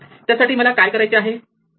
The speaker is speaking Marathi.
त्यासाठी मला काय करायचे आहे